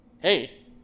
hey